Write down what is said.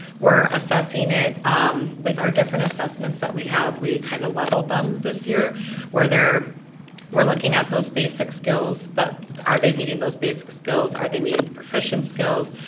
we're assessing it um with our different assessments that we have. we kind of leveled them this year where there we're looking at those basic skills that are they meeting those basic skills? are they meeting the proficient skills?